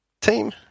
team